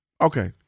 Okay